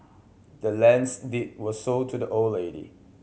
the land's deed was sold to the old lady